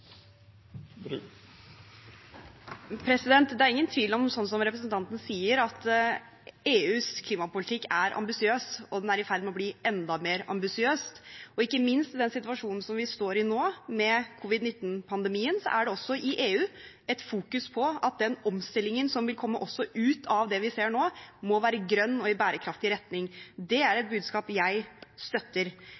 Det er ingen tvil om – slik representanten sier – at EUs klimapolitikk er ambisiøs, og den er i ferd med å bli enda mer ambisiøs. Og ikke minst i den situasjonen vi står i nå, med covid-19-pandemien, fokuseres det også i EU på at den omstillingen som vil komme ut av det vi ser nå, må være grønn og gå i bærekraftig retning. Det er et